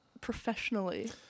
professionally